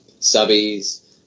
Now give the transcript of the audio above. subbies